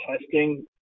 testing